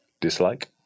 Dislike